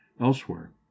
elsewhere